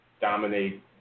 dominate